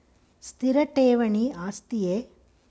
ಸ್ಥಿರ ಠೇವಣಿ ಆಸ್ತಿಯೇ?